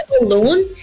alone